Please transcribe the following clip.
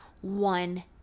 one